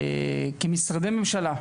כמשרדי ממשלה,